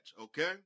okay